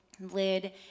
lid